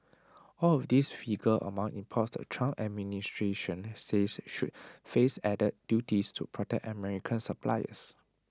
all of these figure among imports the Trump administration says should face added duties to protect American suppliers